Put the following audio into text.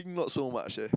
think not so much eh